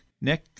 Nick